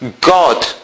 God